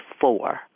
four